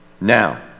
Now